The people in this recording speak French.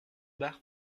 bar